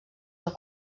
del